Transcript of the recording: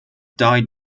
died